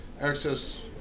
access